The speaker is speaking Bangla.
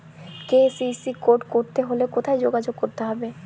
কে.সি.সি কার্ড করতে হলে কোথায় যোগাযোগ করতে হবে?